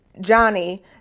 Johnny